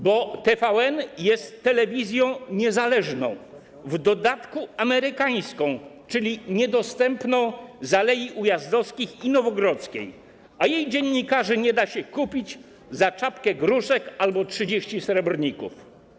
Bo TVN jest telewizją niezależną, w dodatku amerykańską, czyli niedostępną z Alei Ujazdowskich i Nowogrodzkiej, a jej dziennikarzy nie da się kupić za czapkę gruszek albo 30 srebrników.